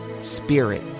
Spirit